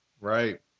right